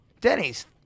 Denny's